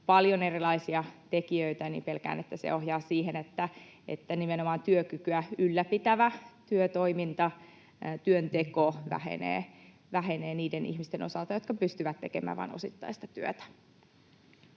paljon erilaisia tekijöitä, niin pelkään, että se ohjaa siihen, että nimenomaan työkykyä ylläpitävä työtoiminta, työnteko, vähenee niiden ihmisten osalta, jotka pystyvät tekemään vain osittaista työtä.